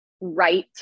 right